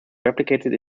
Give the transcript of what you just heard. replicated